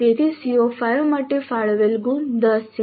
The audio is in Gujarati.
તેથી CO5 માટે ફાળવેલ ગુણ 10 છે